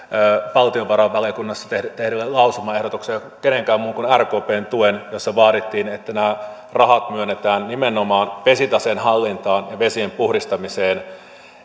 valtiovarainvaliokunnassa tehdylle lausumaehdotukselle kenenkään muun kuin rkpn tukea siinä vaadittiin että nämä rahat myönnetään nimenomaan vesitaseen hallintaan ja vesien puhdistamiseen